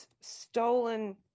Stolen